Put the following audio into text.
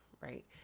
right